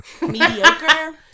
Mediocre